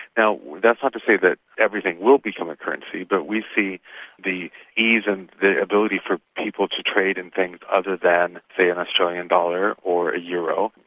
now that's not ah to say that everything will become a currency, but we see the ease and the ability for people to trade in things other than say an australian dollar or a euro,